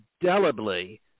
indelibly